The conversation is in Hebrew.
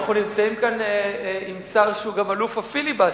אנחנו נמצאים כאן עם שר שהוא גם אלוף הפיליבסטרים.